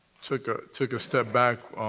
took ah took a stem back,